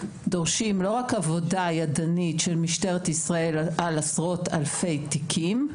דורשות לא רק עבודה ידנית של משטרת ישראל על עשרות אלפי תיקים,